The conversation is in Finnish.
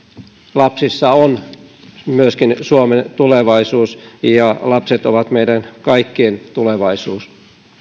lapsissa on myöskin suomen tulevaisuus ja lapset ovat meidän kaikkien tulevaisuus